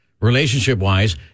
relationship-wise